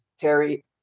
Terry